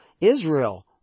Israel